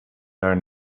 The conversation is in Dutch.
jaar